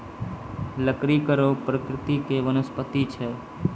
लकड़ी कड़ो प्रकृति के वनस्पति छै